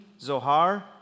Zohar